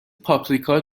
پاپریکا